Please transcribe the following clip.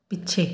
ਪਿੱਛੇ